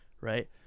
right